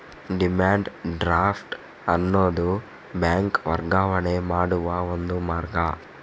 demand draft ಅನ್ನುದು bank ವರ್ಗಾವಣೆ ಮಾಡುವ ಒಂದು ಮಾರ್ಗ